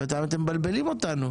אתם מבלבלים אותנו.